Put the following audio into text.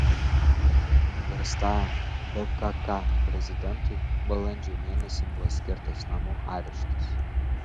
nuverstajam dkk prezidentui balandžio mėnesį buvo skirtas namų areštas